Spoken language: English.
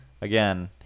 again